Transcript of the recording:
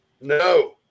No